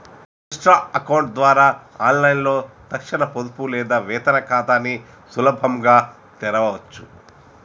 Insta account ద్వారా ఆన్లైన్లో తక్షణ పొదుపు లేదా వేతన ఖాతాని సులభంగా తెరవచ్చు